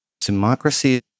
democracy